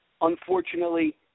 Unfortunately